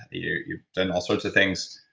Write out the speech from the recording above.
you've done all sorts of things.